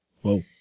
Whoa